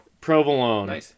provolone